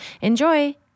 enjoy